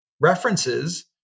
references